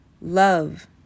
love